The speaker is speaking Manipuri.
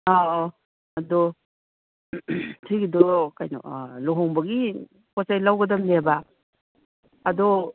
ꯑꯧ ꯑꯧ ꯑꯗꯣ ꯁꯤꯒꯤꯗꯣ ꯀꯩꯅꯣ ꯂꯨꯍꯣꯡꯕꯒꯤ ꯄꯣꯠꯆꯩ ꯂꯧꯒꯗꯝꯅꯦꯕ ꯑꯗꯣ